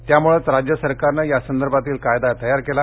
त्यामुळेच राज्य सरकारने यासंदर्भातील कायदा तयार केला